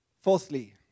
Fourthly